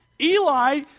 Eli